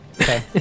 Okay